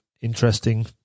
interesting